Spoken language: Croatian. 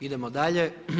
Idemo dalje.